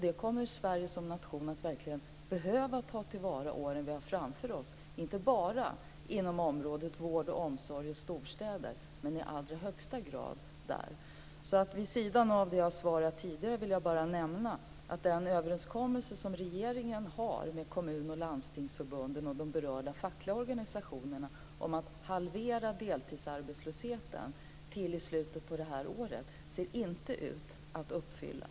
Det kommer Sverige som nation verkligen att behöva ta till vara under åren framöver - inte bara inom området vård, omsorg och storstäder men i allra högsta grad där. Vid sidan av det jag tidigare sagt vill jag bara nämna att regeringens överenskommelse med kommun och landstingsförbunden och de berörda fackliga organisationerna om att halvera deltidsarbetslösheten till i slutet av det här året inte ser ut att uppfyllas.